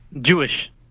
Jewish